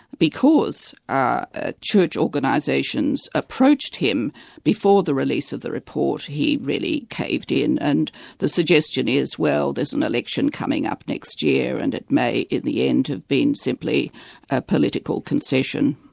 because ah ah church organisations approached him before the release of the report, he really caved in. and the suggestion is, well, there's an election coming up next year, and it may in the end have been simply a political concession.